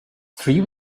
three